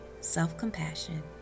self-compassion